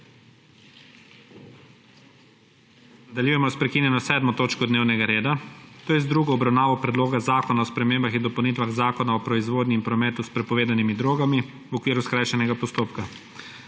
Nadaljujemo s prekinjeno 7. točko dnevnega reda, to je z drugo obravnavo Predloga zakona o spremembah in dopolnitvah Zakona o proizvodnji in prometu s prepovedanimi drogami v okviru skrajšanega postopka.